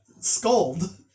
scold